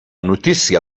notícia